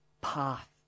path